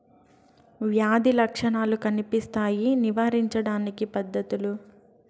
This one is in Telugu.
వ్యాధి లక్షణాలు కనిపిస్తాయి నివారించడానికి పద్ధతులు?